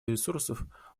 ресурсов